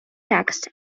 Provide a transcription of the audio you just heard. texts